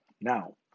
now